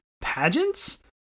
Pageants